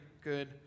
good